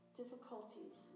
difficulties